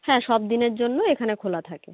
হ্যাঁ সব দিনের জন্য এখানে খোলা থাকে